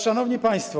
Szanowni Państwo!